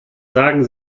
sagen